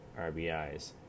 RBIs